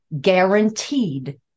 guaranteed